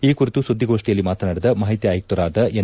ಈ ಕುರಿತು ಸುದ್ವಿಗೋಷ್ನಿಯಲ್ಲಿ ಮಾತನಾಡಿದ ಮಾಹಿತಿ ಆಯುಕ್ತರಾದ ಎನ್